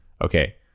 okay